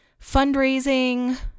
fundraising